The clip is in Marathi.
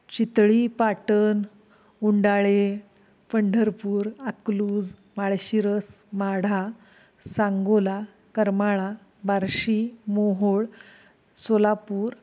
चितळी पाटण उंडाळे पंढरपूर अकलूज माळशिरस माढा सांगोला करमाळा बार्शी मोहोळ सोलापूर